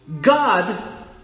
God